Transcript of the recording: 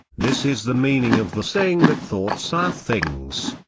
this is the meaning of the saying that thoughts are things.